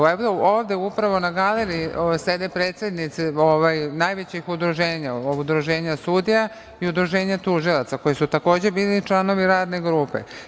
Ovde upravo na galeriji sede predsednici najvećih udruženja, Udruženja sudija i Udruženja tužilaca, koji su takođe bili članovi Radne grupe.